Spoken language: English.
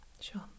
Sure